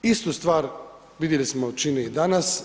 Istu stvar, vidjeli smo, čine i danas.